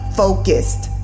focused